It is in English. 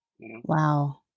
Wow